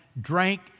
drank